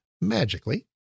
magically